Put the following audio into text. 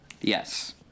yes